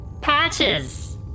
Patches